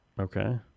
Okay